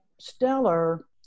stellar